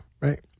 right